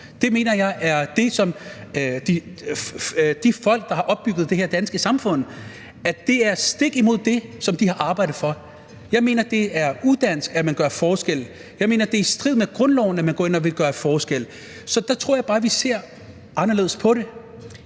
jeg er stik imod det, som de folk, der har opbygget det her danske samfund, har arbejdet for. Jeg mener, at det er udansk, at man gør forskel. Jeg mener, at det er i strid med grundloven, at man vil gå ind og gøre forskel. Så der tror jeg bare, vi ser anderledes på det.